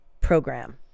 program